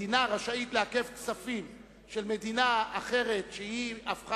מדינה רשאית לעכב כספים של מדינה אחרת שהפכה